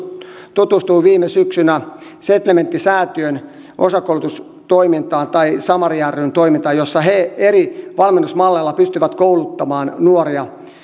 tutustuin viime syksynä setlementtisäätiön osakoulutustoimintaan samaria ryn toimintaan joissa he eri valmennusmalleilla pystyvät kouluttamaan nuoria